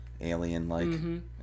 alien-like